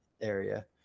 area